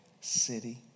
city